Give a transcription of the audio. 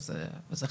אז זה חבל.